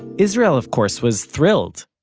israel, of course, was thrilled.